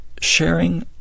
sharing